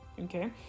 okay